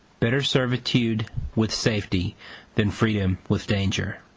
better servitude with safety than freedom with danger.